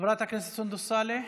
חברת הכנסת סונדוס סאלח,